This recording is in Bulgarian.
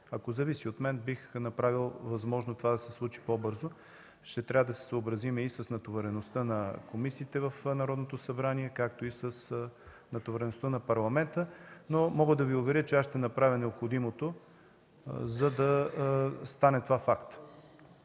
Ако зависи от мен, бих направил възможното това да се случи по-бързо, но ще трябва да се съобразим и с натовареността на комисиите в Народното събрание, както и с натовареността на Парламента, но мога да Ви уверя, че ще направя необходимото, за да стане факт.